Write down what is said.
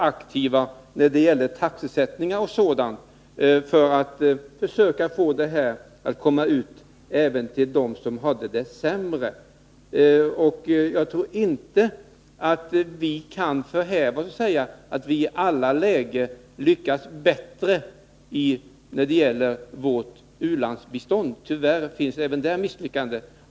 aktiv när det gällde taxesättningar o. d. för att försöka få hjälpen att komma ut till dem som hade det sämst. Jag tror inte att vi kan förhäva oss och påstå att vi i alla lägen lyckas bättre i vårt u-landsbistånd. Tyvärr finns även där misslyckanden.